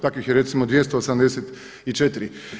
Takvih je recimo 284.